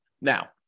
Now